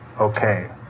okay